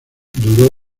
duró